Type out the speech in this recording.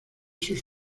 sus